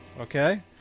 Okay